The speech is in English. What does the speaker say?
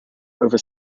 over